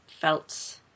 felt